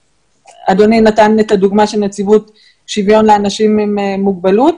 ואדוני נתן את הדוגמה של נציבות שוויון לאנשים עם מוגבלות.